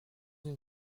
une